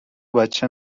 بچه